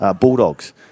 Bulldogs